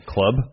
Club